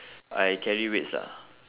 I carry weights lah